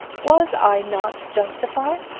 was i not justified?